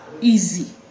easy